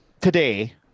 today